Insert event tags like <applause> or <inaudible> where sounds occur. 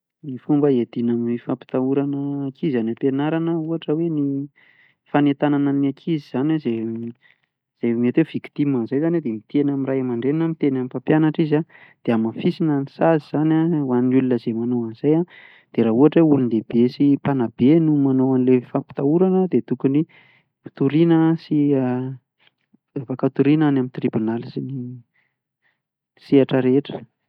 Ny fomba hiadiana amin'ny fampitahorana ankizy any ampianarana ohatra hoe ny fanentanana ny ankizy izany an izay mety hoe victime an'izay izany dia miteny amin'ny ray aman-dreny na miteny amin'ny mpampianatra izy an dia hamafisina ny sazy izany an hoan'ny olona izay manao an'izay an, dia raha ohatra hoe olon-dehibe sy mpanabe no manao an'ilay fampitahorana dia tokony toriana sy, <hesitation> sy afaka toriana any amin'ny tribonaly sy any amin'ny sehatra rehetra.